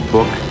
Book